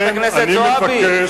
חברת הכנסת זועבי,